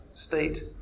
state